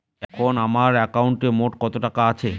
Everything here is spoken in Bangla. এখন আমার একাউন্টে মোট কত টাকা আছে?